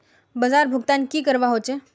बाजार भुगतान की करवा होचे?